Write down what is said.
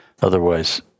Otherwise